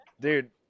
Dude